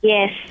Yes